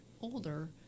older